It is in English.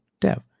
dev